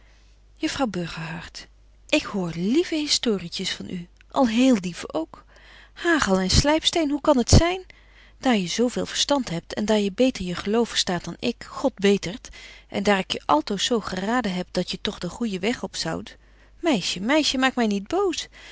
ik hoor lieve historietjes van u al hele lieve ook hagel en slypsteen hoe kan t zyn daar je zo veel verstand hebt en daar je beter je geloof verstaat dan ik god betert en daar ik je altoos zo geraden heb dat je toch den goejen weg op zoudt meisje meisje maak my niet boos